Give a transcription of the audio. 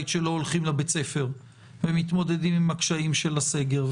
שלא הולכים לבית הספר והם מתמודדים עם הקשיים של הסגר,